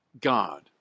God